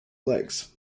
legs